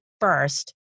first